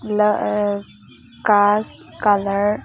cast color